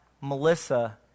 Melissa